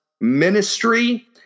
ministry